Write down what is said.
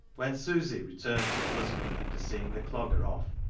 when susy returned to her husband after seeing the clogger off,